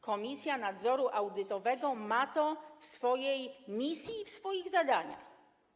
Komisja Nadzoru Audytowego ma to zapisane w swojej misji i w swoich zadaniach.